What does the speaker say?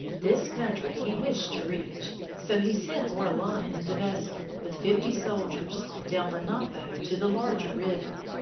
this country he wished to reach. so he sent orellana in the vessel, with fifty soldiers, down the napo to the larger river.